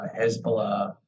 Hezbollah